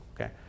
okay